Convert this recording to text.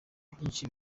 byinshi